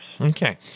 Okay